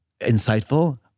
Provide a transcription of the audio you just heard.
insightful